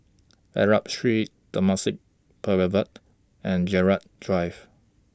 Arab Street Temasek Boulevard and Gerald Drive